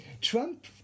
Trump